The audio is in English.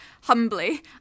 humbly